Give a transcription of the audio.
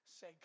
say